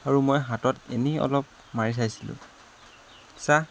আৰু মই হাতত এনেই অলপ মাৰি চাইছিলো চা